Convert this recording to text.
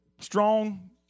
strong